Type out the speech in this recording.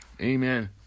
Amen